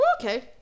Okay